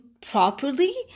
properly